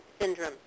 syndrome